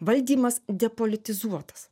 valdymas depolitizuotas